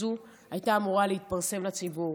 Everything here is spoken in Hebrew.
כזו הייתה אמורה להתפרסם לציבור.